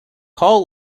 call